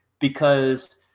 because-